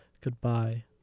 goodbye